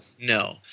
No